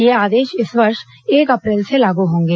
ये आदेश इस वर्ष एक अप्रैल से लाग होंगे